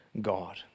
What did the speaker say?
God